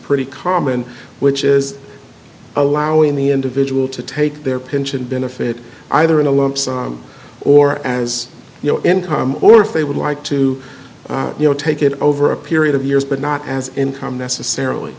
pretty common which is allowing the individual to take their pension benefit either in a lump sum or as you know income or if they would like to you know take it over a period of years but not as income necessarily